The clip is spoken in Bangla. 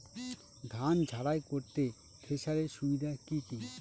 ধান ঝারাই করতে থেসারের সুবিধা কি কি?